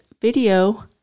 video